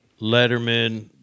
Letterman